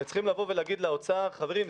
וצריכים לבוא ולהגיד לאוצר: חברים,